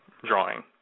drawing